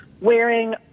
wearing